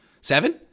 Seven